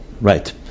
Right